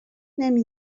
نمی